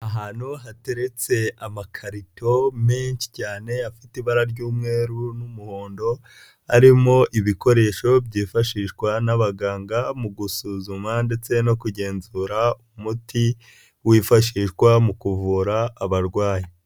Ahantu hateretse amakarito menshi cyane, afite ibara ry'umweru n'umuhondo arimo ibikoresho byifashishwa n'abaganga, mu gusuzuma ndetse no kugenzura umuti wifashishwa mu kuvura abarwayi.